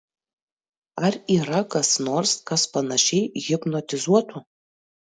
ar yra kas nors kas panašiai hipnotizuotų